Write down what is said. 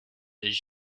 does